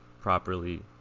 properly